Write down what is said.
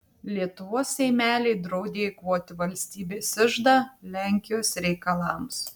lietuvos seimeliai draudė eikvoti valstybės iždą lenkijos reikalams